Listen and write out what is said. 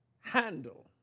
handle